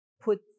put